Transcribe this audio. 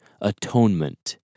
atonement